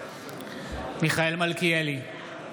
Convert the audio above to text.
מיכאל מלכיאלי,